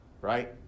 right